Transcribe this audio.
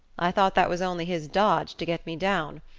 i thought that was only his dodge to get me down.